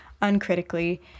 uncritically